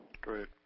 Great